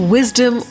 Wisdom